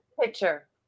picture